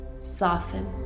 soften